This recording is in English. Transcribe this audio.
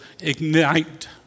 ignite